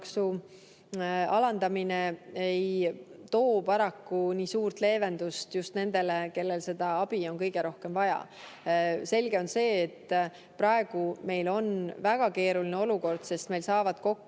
alandamine ei too paraku nii suurt leevendust just nendele, kellel seda abi kõige rohkem vaja on. Selge on see, et praegu on meil väga keeruline olukord, sest meil saavad kokku